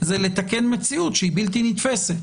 זה לתקן מציאות שהיא בלתי נתפסת.